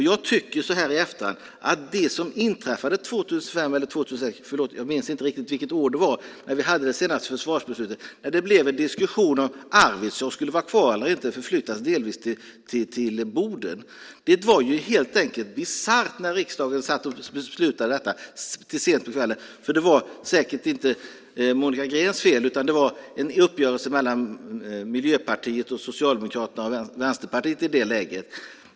Jag tycker så här i efterhand att det som inträffade 2005 eller 2006 - förlåt, jag minns inte riktigt vilket år vi fattade det senaste försvarsbeslutet - helt enkelt var bisarrt. Riksdagen beslutade efter en diskussion till sent på kvällen om förbandet i Arvidsjaur skulle vara kvar eller inte eller om det delvis skulle förflyttas till Boden. Det var säkert inte Monica Greens fel, utan det var en uppgörelse mellan Miljöpartiet, Socialdemokraterna och Vänsterpartiet i det läget.